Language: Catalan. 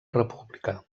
república